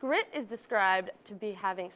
grit is described to be having